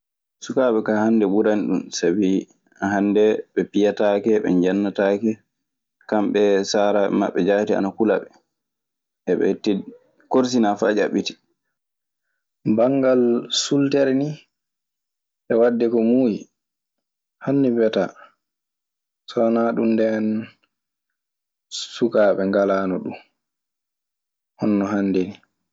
Sukaaɓe kaa hannde ɓurani ɗun sabii hannde ɓe piyetaake, ɓe njennetaake, kamɓe saaraɓe maɓɓe jaati ana kula ɓe. Eɓe korsinaa faa ƴaɓɓitii. Banngal sultere nii e waɗde ko muuyi hannde mbiyataa. So wanaa ɗun nden sukaaɓe ngalaano ɗun hono no hannde nii.